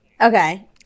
Okay